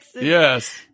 Yes